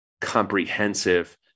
comprehensive